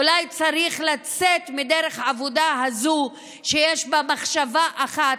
אולי צריך לצאת מדרך העבודה הזו שיש בה מחשבה אחת,